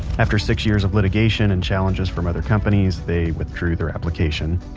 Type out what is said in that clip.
after six years of litigation and challenges from other companies, they withdrew their application.